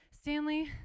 Stanley